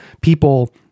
People